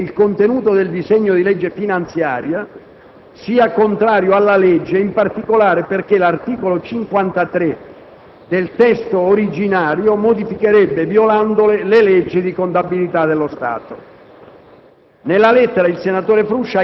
In sostanza, egli ritiene che il contenuto del disegno di legge finanziaria sia contrario alla legge, in particolare perché l'articolo 53 del testo originario modificherebbe, violandole, le leggi di contabilità dello Stato.